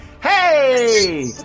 Hey